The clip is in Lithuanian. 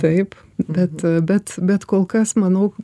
taip bet bet bet kol kas manau